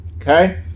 Okay